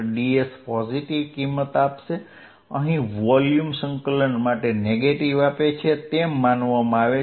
ds positive કિંમત આપશે અહીં વોલ્યુમ સંકલન માટે નેગેટીવ આપે છે તેમ માનવામાં આવે છે